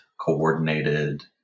coordinated